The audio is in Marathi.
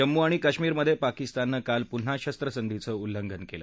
जम्मू आणि काश्मीरमध्ये पाकिस्ताननं काल पुन्हा शस्त्रसंधीचं उल्लंघन केलं